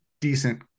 decent